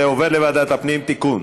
זה עובר לוועדת הפנים, תיקון.